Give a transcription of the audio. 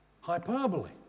Hyperbole